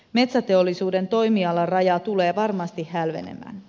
metsäteollisuuden toimialaraja tulee varmasti hälvenemään